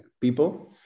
people